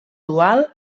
dual